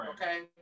Okay